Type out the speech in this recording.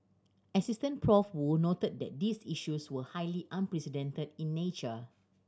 Assistant Prof Woo noted that these issues were highly unprecedented in nature